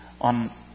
on